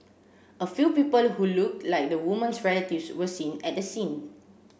a few people who looked like the woman's relatives were seen at the scene